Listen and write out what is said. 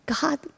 God